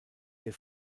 der